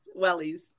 wellies